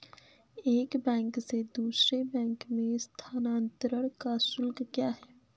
एक बैंक से दूसरे बैंक में स्थानांतरण का शुल्क क्या है?